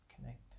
connect